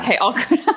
Okay